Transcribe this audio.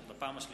(קורא בשמות חברי הכנסת) בפעם השלישית.